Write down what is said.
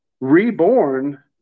reborn